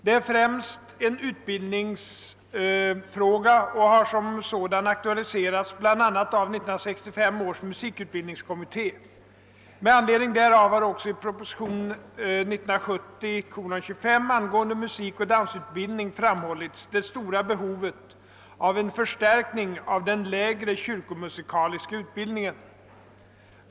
Det är främst en utbildningsfråga och har som sådan aktualiserats bl.a. av 1965 års musikutbildningskommitté. Med anledning därav har också i prop. 1970: 25 angående musikoch dansutbildning framhållits det stora behovet av en förstärkning av den lägre kyrkomusikaliska utbildningen.